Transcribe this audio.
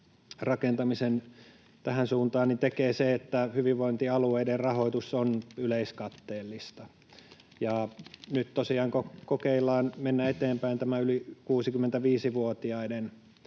rakentamisen hyvinvointialueiden suuntaan tekee se, että hyvinvointialueiden rahoitus on yleiskatteellista. Nyt tosiaan kokeillaan mennä eteenpäin tämän yli 65-vuotiaiden